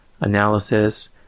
analysis